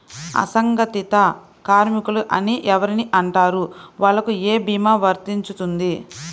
అసంగటిత కార్మికులు అని ఎవరిని అంటారు? వాళ్లకు ఏ భీమా వర్తించుతుంది?